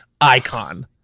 icon